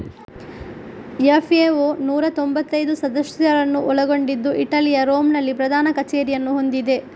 FAO ನೂರಾ ತೊಂಭತ್ತೈದು ಸದಸ್ಯರನ್ನು ಒಳಗೊಂಡಿದ್ದು ಇಟಲಿಯ ರೋಮ್ ನಲ್ಲಿ ಪ್ರಧಾನ ಕಚೇರಿಯನ್ನು ಹೊಂದಿದೆ